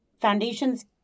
Foundations